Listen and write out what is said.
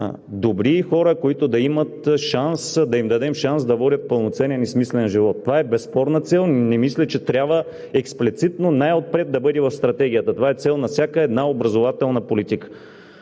да имат шанс, да им дадем шанс да водят пълноценен и смислен живот. Това е безспорна цел. Не мисля, че трябва експлицитно, най-отпред да бъде в Стратегията. Това е цел на всяка една образователна политика.